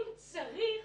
אם צריך,